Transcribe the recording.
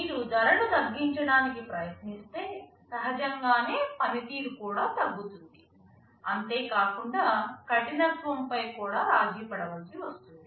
మీరు ధరను తగ్గించడానికి ప్రయత్నిస్తే సహజంగానే పనితీరు కూడా తగ్గుతుంది అంతే కాకుండా కఠినత్వం పై కూడా రాజి పడవలసి వస్తుంది